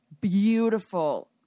beautiful